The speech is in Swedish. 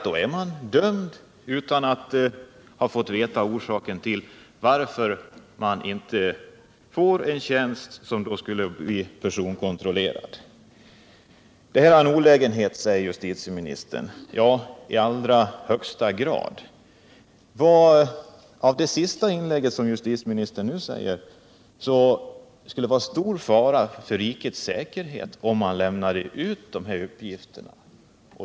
Då är man dömd utan att ha fått veta orsaken till att man inte får en tjänst som är förknippad med personkontroll. Detta är en olägenhet, säger justitieministern. Ja, i allra högsta grad. Enligt justitieministerns senaste inlägg skulle det innebära stor fara för rikets säkerhet om man lämnade ut dessa uppgifter.